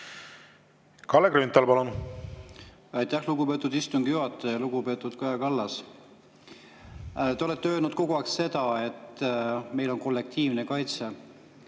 Kalle Grünthal, palun! Aitäh, lugupeetud istungi juhataja! Lugupeetud Kaja Kallas! Te olete kogu aeg öelnud seda, et meil on kollektiivne kaitse.